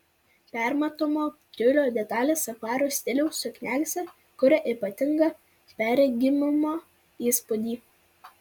permatomo tiulio detalės safario stiliaus suknelėse kuria ypatingą perregimumo įspūdį